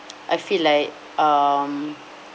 I feel like um